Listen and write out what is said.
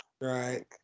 Right